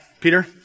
Peter